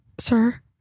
Sir